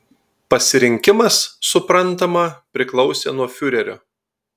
pasirinkimas suprantama priklausė nuo fiurerio